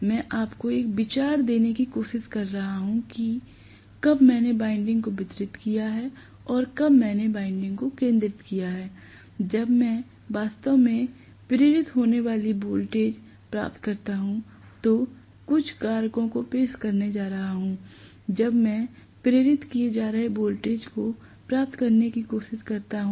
मैं आपको एक विचार देने की कोशिश कर रहा हूं कि कब मैंने वाइंडिंग को वितीरत किया है और कब मैंने वाइंडिंग को केंद्रित किया है जब मैं वास्तव में प्रेरित होने वाली वोल्टेज प्राप्त करता हूं तो कुछ कारकों को पेश करने जा रहा हूं जब मैं प्रेरित किए जा रहे वोल्टेज को प्राप्त करने का प्रयास करता हूं